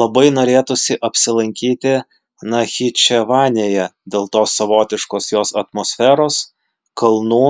labai norėtųsi apsilankyti nachičevanėje dėl tos savotiškos jos atmosferos kalnų